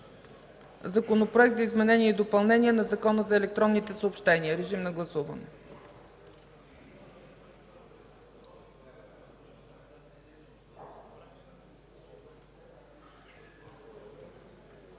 Законопроекта за изменение и допълнение на Закона за електронните съобщения. Гласували